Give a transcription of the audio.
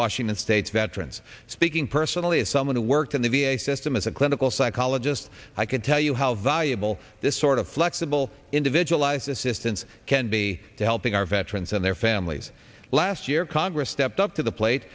washington state's veterans speaking personally as someone who worked in the v a system as a clinical psychologist i can tell you how valuable this sort of flexible individualized assistance can be to helping our veterans and their families last year congress stepped up to the plate